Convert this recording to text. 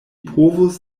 povus